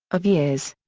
of years.